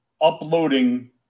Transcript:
uploading